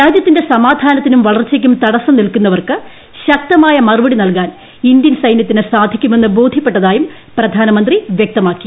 രാജ്യത്തിന്റെ സമാധാനത്തിനും വളർച്ചയ്ക്കും തടസ്സം നിൽക്കുന്നവർക്ക് ശക്തമായ മറുപടി നൽകാൻ ഇന്ത്യൻ സൈന്യത്തിന് സാധിക്കുമെന്ന് ബോധ്യപ്പെട്ടതായും പ്രധാനമന്ത്രി വ്യക്തമാക്കി